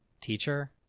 teacher